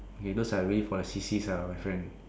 okay those are really for the sissies ah my friend